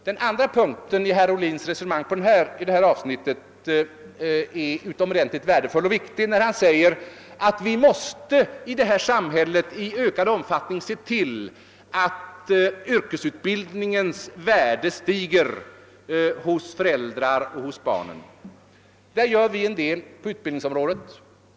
Den andra huvudpunkten i herr Ohlins resonemang i detta avsnitt är utomordentligt värdefull och viktig, nämligen den där han framhåller att vi måste se till att yrkesutbildningens värde stiger både i föräldrarnas och i barnens ögon. Vi uträttar en hel del för att uppnå detta syfte inom utbildningsområdet.